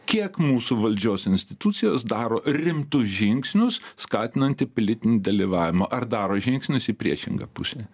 kiek mūsų valdžios institucijos daro rimtus žingsnius skatinantį pilietinį dalyvavimą ar daro žingsnius į priešingą pusę